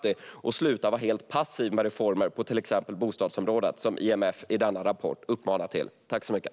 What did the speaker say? Man måste sluta vara helt passiv vad gäller reformer på till exempel bostadsområdet, vilket även IMF uppmanar till i skrivelsen.